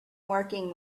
working